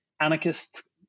anarchist